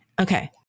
Okay